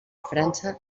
frança